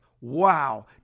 wow